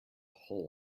hole